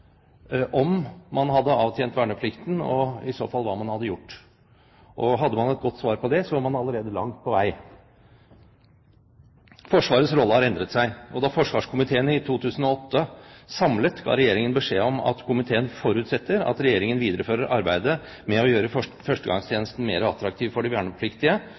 om man hadde avtjent verneplikten, og i så fall hva man hadde gjort. Hadde man et godt svar på det, var man allerede langt på vei. Forsvarets rolle har endret seg, og da forsvarskomiteen i 2008 samlet ga Regjeringen beskjed om at komiteen forutsetter at Regjeringen viderefører arbeidet med å gjøre førstegangstjenesten mer attraktiv for de vernepliktige,